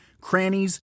crannies